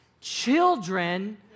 children